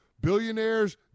billionaires